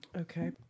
Okay